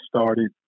started